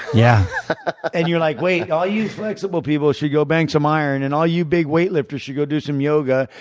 yeah and you're like, wait, all you flexible people should go bang some iron and all you big weight-lifters should go do some yoga.